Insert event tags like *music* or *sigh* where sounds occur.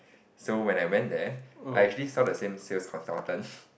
so when I went there I actually saw the same sales consultant *breath*